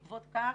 בעקבות כך,